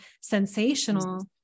sensational